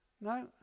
No